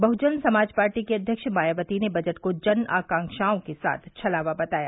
बहुजन Samaj party की अध्यक्ष मायावती ने बजट को जन आकांक्षाओं के साथ छलावा बताया